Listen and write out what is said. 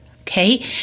okay